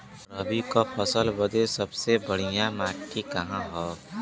रबी क फसल बदे सबसे बढ़िया माटी का ह?